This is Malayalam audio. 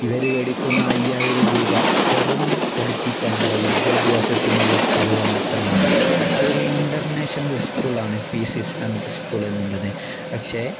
ഇവര് മേടിക്കുന്ന അയ്യായിരം രൂപ വെറും പഠിപ്പിക്കാനുള്ള വിദ്യാഭ്യാസത്തിനുള്ള ചിലവ് മാത്രമാണ് അതൊരു ഇൻറർനാഷണൽ സ്കൂളാണ് പീസ് ഇസ്ലാമിക് സ്കൂൾ എന്നുള്ളത് പക്ഷേ